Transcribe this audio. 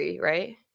right